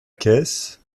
caisse